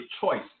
choice